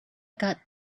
got